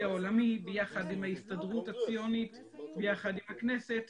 העולמי ביחד עם ההסתדרות הציונית ביחד עם הכנסת,